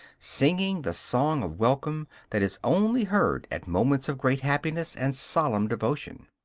singing the song of welcome that is only heard at moments of great happiness and solemn devotion.